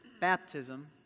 baptism